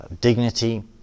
Dignity